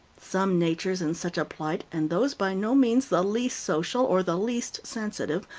some natures in such a plight, and those by no means the least social or the least sensitive,